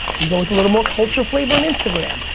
you go with a little more culture flavor on instagram,